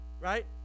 right